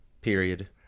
Period